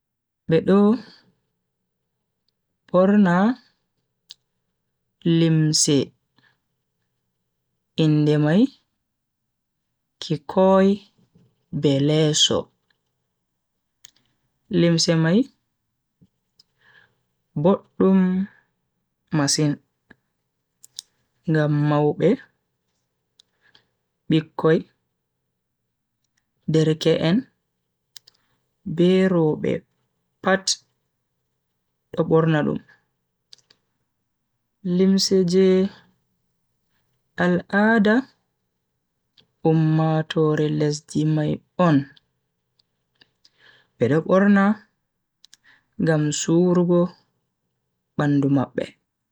Bedo borna limse inde mai kikoy be leso. limse mai boddum masin ngam maube, bikkoi, derke en be robe pat do borna dum. limse je al'ada ummatoore lesdi mai on bedo borna ngam surugo bandu mabbe.